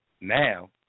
Now